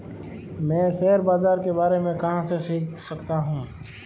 मैं शेयर बाज़ार के बारे में कहाँ से सीख सकता हूँ?